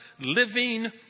living